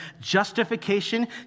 justification